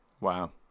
Wow